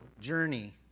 journey